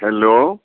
hello